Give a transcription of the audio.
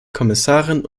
kommissarin